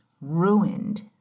ruined